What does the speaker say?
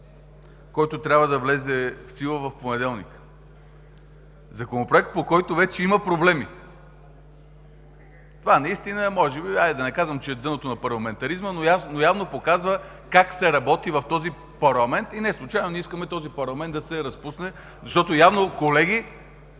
който трябва да влезе в сила в понеделник. Законопроект, по който вече има проблеми! Това наистина е може би – хайде да не казвам, че е дъното на парламентаризма, но явно показва как се работи в този парламент. Неслучайно ние искаме този парламент да се разпусне, защото явно, колеги,